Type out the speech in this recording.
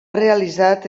realitzat